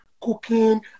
cooking